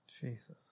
Jesus